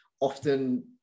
often